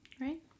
right